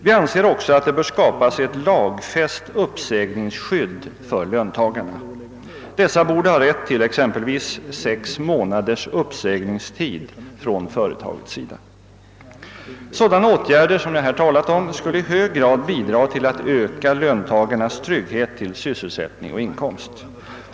Vi anser också att det bör skapas ett lagfäst uppsägningsskydd för löntagarna. Dessa borde ha rätt till exempelvis sex månaders uppsägningstid från företagets sida. Sådana åtgärder som jag här talat om skulle i hög grad bidra till att öka löntagarnas trygghet till sysselsättning och inkomst.